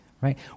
right